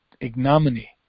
ignominy